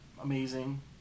amazing